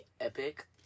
epic